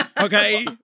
Okay